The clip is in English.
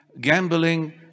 gambling